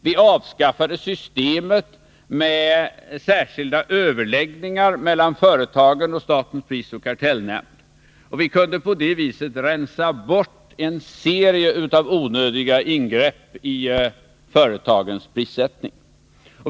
Vi avskaffade systemet med särskilda överläggningar mellan företagen och statens prisoch kartellnämnd. Vi kunde på det viset rensa bort en serie av onödiga ingrepp i företagens prissättning.